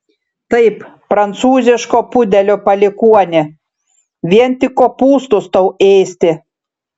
taip prancūziško pudelio palikuoni vien tik kopūstus tau ėsti